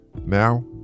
Now